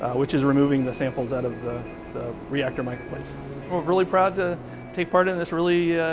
which is removing the samples out of the the reactor microplates. we're really proud to take part in this really, ah,